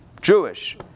Jewish